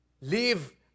leave